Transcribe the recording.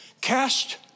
Cast